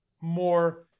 more